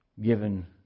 given